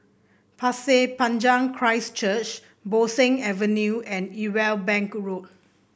Pasir Panjang Christ Church Bo Seng Avenue and Irwell Bank Road